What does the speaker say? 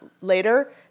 later